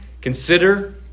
Consider